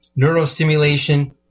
neurostimulation